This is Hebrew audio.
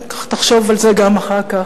תחשוב על זה גם אחר כך.